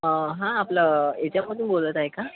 हा आपलं याच्यामधून बोलत आहे का